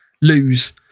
lose